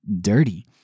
dirty